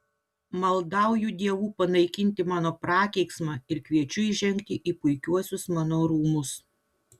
maldauju dievų panaikinti mano prakeiksmą ir kviečiu įžengti į puikiuosius mano rūmus